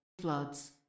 Floods